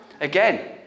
again